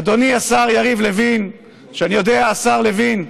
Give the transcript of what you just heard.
אדוני השר יריב לוין, השר לוין,